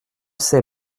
sais